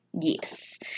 Yes